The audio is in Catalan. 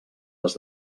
les